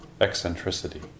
eccentricity